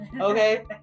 okay